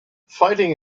fighting